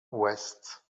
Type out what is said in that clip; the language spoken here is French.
ouest